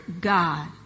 God